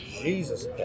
Jesus